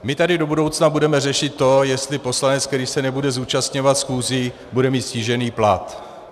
My tady do budoucna budeme řešit to, jestli poslanec, který se nebude zúčastňovat schůzí, bude mít snížený plat.